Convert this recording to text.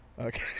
Okay